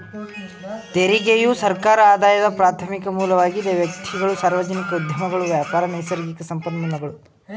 ತೆರಿಗೆಯು ಸರ್ಕಾರ ಆದಾಯದ ಪ್ರಾರ್ಥಮಿಕ ಮೂಲವಾಗಿದೆ ವ್ಯಕ್ತಿಗಳು, ಸಾರ್ವಜನಿಕ ಉದ್ಯಮಗಳು ವ್ಯಾಪಾರ, ನೈಸರ್ಗಿಕ ಸಂಪನ್ಮೂಲಗಳು